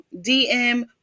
DM